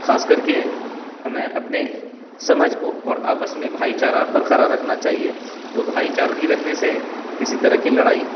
خاص کر کے ہمیں اپنے سمجھ کو اور آپس میں بھائی چارہ برقرار رکھنا چاہیے تو بھائی چارگی رکھنے سے کسی طرح کی لڑائی